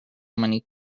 many